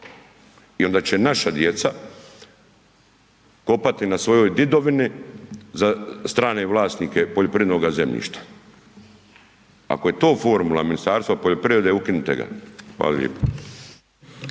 i onda će naša djeca kopati na svojoj djedovini za strane vlasnike poljoprivrednoga zemljišta. Ako je to formula Ministarstva poljoprivrede, ukinite ga. Hvala lijepo.